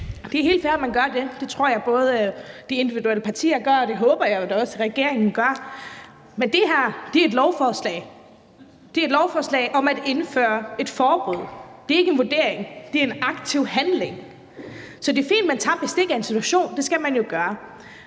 Det er helt fair, at man gør det. Det tror jeg både de individuelle partier gør, og det håber jeg jo da også at regeringen gør. Men det her er et lovforslag. Det er et lovforslag om at indføre et forbud. Det er ikke en vurdering, det er en aktiv handling. Så det er fint, at man tager bestik af en situation. Det skal man jo gøre.